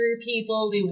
people